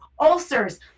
ulcers